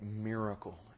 miracle